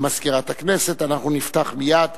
למזכירת הכנסת אנחנו נפתח מייד